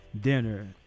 dinner